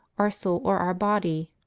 our soul or our body?